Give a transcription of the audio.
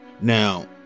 Now